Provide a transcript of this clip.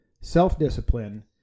self-discipline